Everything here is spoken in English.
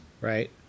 right